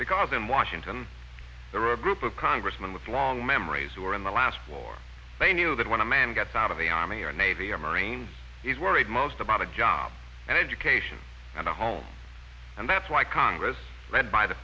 because in washington there are a group of congressmen with long memories who are in the last war they knew that when a man gets out of the army or navy a marine is worried most about the jobs and education and the home and that's why congress led by the